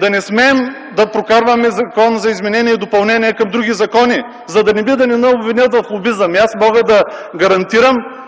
да не смеем да прокарваме закон за изменение и допълнение към други закони, за да не ни обвинят в лобизъм. Мога да гарантирам